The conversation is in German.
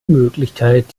möglichkeit